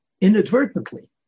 inadvertently